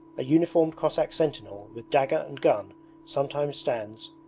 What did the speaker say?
a uniformed cossack sentinel with dagger and gun sometimes stands,